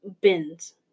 bins